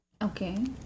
Okay